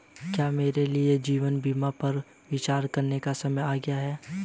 क्या मेरे लिए जीवन बीमा पर विचार करने का समय आ गया है?